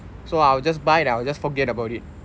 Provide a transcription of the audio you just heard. so I will just buy then I will just forget about it